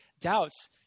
doubts